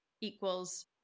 equals